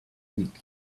week